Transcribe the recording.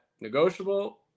negotiable